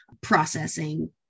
processing